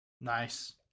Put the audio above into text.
Nice